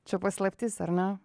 čia paslaptis ar ne